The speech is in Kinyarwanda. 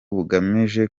bagamije